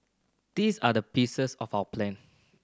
these are the pieces of our plan